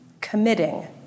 committing